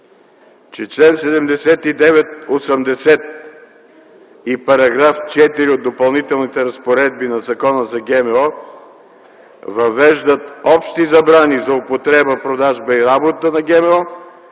че чл. 79, чл. 80 и § 4 от Допълнителните разпоредби на Закона за ГМО въвеждат общи забрани за употреба, продажба и работа с ГМО